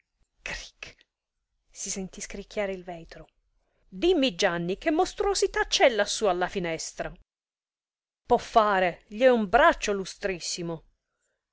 cricch si sentì scricchiare il vetro dimmi gianni che mostruosità c'è lassù alla finestra poffare gli è un braccio lustrissimo